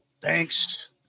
Thanks